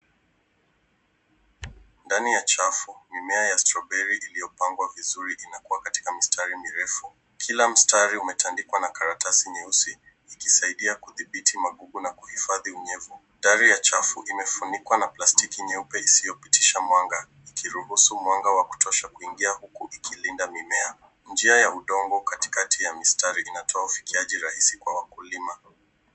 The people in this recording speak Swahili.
Ndani ya chafu mimea ya strawberry iliyopangwa vizuri imekua katika mistari mirefu. Kila mstari umetandikwa na karatasi nyeusi ikisaidia kudhibiti magugu na kuhifadhi unyevu. Dari ya chafu imefunikwa na plastiki nyeupe isioyopitisha mwanga ikiruhusu mwanga wa kutosha kuingia huku ikilinda mimea. Njia ya udongo katikati ya mistari inatoa ufikiaji rahisi kwa wakulima.